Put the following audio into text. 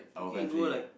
you can go like